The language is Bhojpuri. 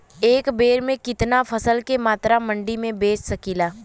एक बेर में कितना फसल के मात्रा मंडी में बेच सकीला?